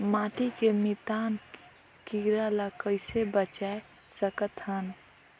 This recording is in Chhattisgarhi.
माटी के मितान कीरा ल कइसे बचाय सकत हन?